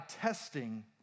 testing